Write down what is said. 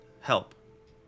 help